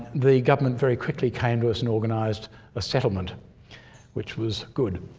the government very quickly came to us and organised a settlement which was good.